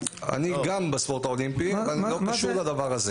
אני גם בספורט האולימפי, אבל זה לא קשור לדבר הזה.